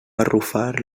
arrufar